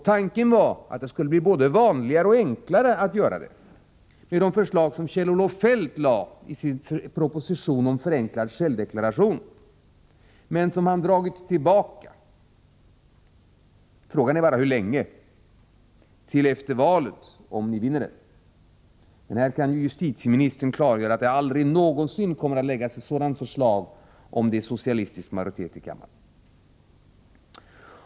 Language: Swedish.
Tanken var att det skulle bli både vanligare och enklare att genomföra sådant, med de förslag som Kjell-Olof Feldt lade fram i sin proposition om förenklad självdeklaration, men som han dragit tillbaka — frågan är bara för hur länge, till efter valet kanske, om ni vinner det. Justitieministern kan här klargöra att det aldrig någonsin kommer att läggas fram ett sådant förslag, om det är en socialistisk majoritet i riksdagen.